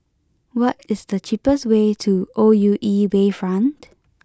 what is the cheapest way to O U E Bayfront